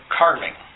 carving